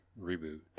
reboot